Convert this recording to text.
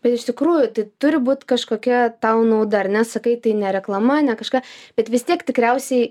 bet iš tikrųjų tai turi būt kažkokia tau nauda ar ne sakai tai ne reklama ne kažką bet vis tiek tikriausiai